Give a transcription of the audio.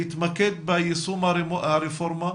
אתמקד ביישום הרפורמה,